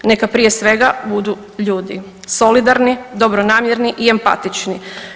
Neka prije svega, budu ljudi, solidarni, dobronamjerni i empatični.